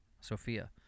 Sophia